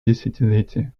десятилетие